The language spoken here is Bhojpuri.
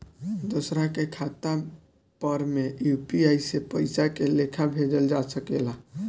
दोसरा के खाता पर में यू.पी.आई से पइसा के लेखाँ भेजल जा सके ला?